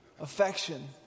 affection